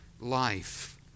life